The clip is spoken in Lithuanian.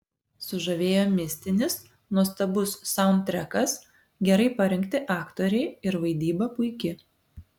sužavėjo mistinis nuostabus saundtrekas gerai parinkti aktoriai ir vaidyba puiki